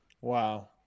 wow